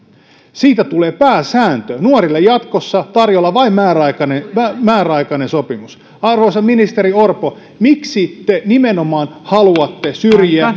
siitä tulee pääsääntö nuorille jatkossa tarjolla vain määräaikainen määräaikainen sopimus arvoisa ministeri orpo miksi te nimenomaan haluatte syrjiä